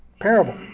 parable